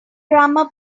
grammar